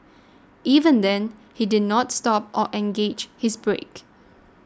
even then he did not stop or engaged his brake